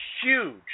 huge